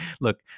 look